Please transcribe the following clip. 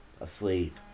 asleep